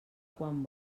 quan